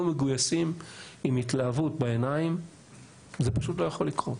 מגויסים עם התלהבות בעיניים זה פשוט לא יכול לקרות,